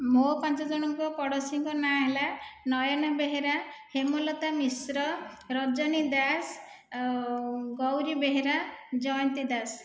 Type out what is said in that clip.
ମୋ' ପାଞ୍ଚ ଜଣଙ୍କ ପଡୋଶୀଙ୍କ ନାଁ ହେଲା ନୟନ ବେହେରା ହେମଲତା ମିଶ୍ର ରଜନୀ ଦାସ ଗୌରୀ ବେହେରା ଜୟନ୍ତୀ ଦାସ